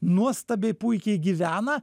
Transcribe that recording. nuostabiai puikiai gyvena